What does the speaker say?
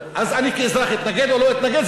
אז אני כאזרח אתנגד או לא אתנגד,